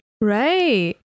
Right